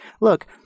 Look